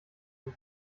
dem